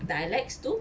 dialects too